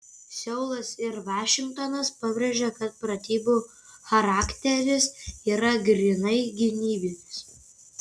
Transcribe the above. seulas ir vašingtonas pabrėžė kad pratybų charakteris yra grynai gynybinis